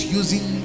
using